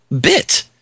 bit